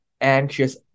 anxious